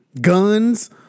guns